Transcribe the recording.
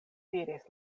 diris